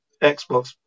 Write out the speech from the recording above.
Xbox